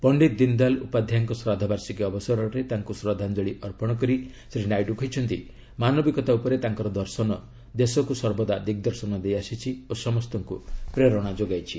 ପଣ୍ଡିତ ଦୀନଦୟାଲ ଉପାଧ୍ୟାୟଙ୍କ ଶ୍ରାଦ୍ଧବାର୍ଷିକୀ ଅବସରରେ ତାଙ୍କୁ ଶ୍ରଦ୍ଧାଞ୍ଜଳି ଅର୍ପଣ କରି ଶ୍ରୀ ନାଇଡୁ କହିଛନ୍ତି ମାନବିକତା ଉପରେ ତାଙ୍କର ଦର୍ଶନ ଦେଶକୁ ସର୍ବଦା ଦିଗଦର୍ଶନ ଦେଇଆସିଛି ଓ ସମସ୍ତଙ୍କୁ ପ୍ରେରଣା ଯୋଗାଇଛି